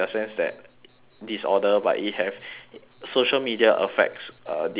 disorder but it have social media affects uh depression like